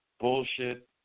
bullshit